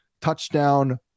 touchdown